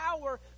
power